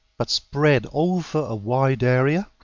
but spread over a wide area,